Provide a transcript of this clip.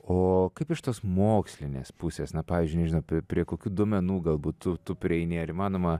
o kaip iš tos mokslinės pusės na pavyzdžiui nežinau prie kokių duomenų galbūt tu tu prieini ar įmanoma